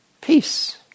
peace